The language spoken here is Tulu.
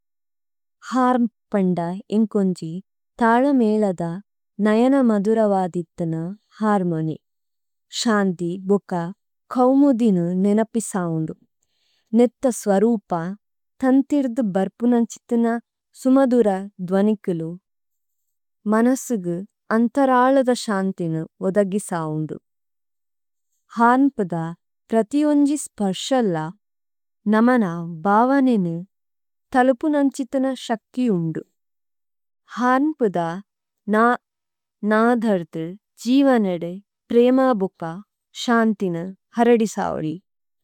ഹാര്നപ്പണ്ഡ ഇംകോംജി താളമേലദ നയന മദുരവാദിത്തന ഹാര്മനെ। ശാംദി, ബുകാ, കൌമുദിനു നിനപ്പിസാഊംഡു। നിത്ത സ്വരൂപാ തംതിരദ്ദ ബര്പുനംചിത്തന സുമധൂര ദ്വാനികലു, മനസിഗു അംതരാളദ ശാംദിനു ഉദഗിസാഊംഡു। ഹാന്പദ പ്രതി ഒംജി സ്പര്ഷല്ല നമന ബാവനെനു തളപുനംചിത്തന ശക്തിയുംഡു। ഹാന്പദ നാധരദു ജിവനഡു പ്രേമാ ബുകാ ശാംദിനു ഹരഡിസാഊരി।